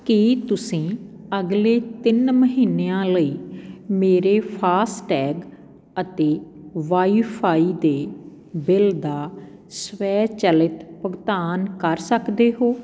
ਕੀ ਤੁਸੀਂਂ ਅਗਲੇ ਤਿੰਨ ਮਹੀਨਿਆਂ ਲਈ ਮੇਰੇ ਫਾਸਟ ਟੈਗ ਅਤੇ ਵਾਈ ਫ਼ਾਈ ਦੇ ਬਿੱਲ ਦਾ ਸਵੈ ਚੈਲਿਤ ਭੁਗਤਾਨ ਕਰ ਸਕਦੇ ਹੋ